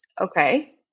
Okay